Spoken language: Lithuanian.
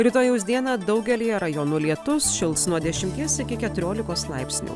rytojaus dieną daugelyje rajonų lietus šils nuo dešimties iki keturiolikos laipsnių